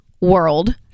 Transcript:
world